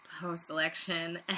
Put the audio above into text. post-election